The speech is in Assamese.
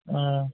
অঁ